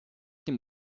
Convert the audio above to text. dem